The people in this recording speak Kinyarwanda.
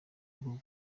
rw’u